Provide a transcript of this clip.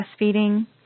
breastfeeding